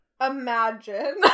Imagine